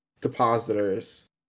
depositors